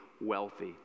wealthy